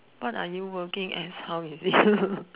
what are you working as how you feel